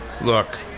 Look